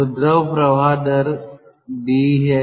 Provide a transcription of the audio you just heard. तो द्रव प्रवाह दर दी है